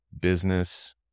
business